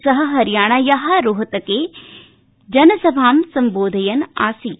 स हरियाणाया रोहतके जनसभां सम्बोधयन्नासीत्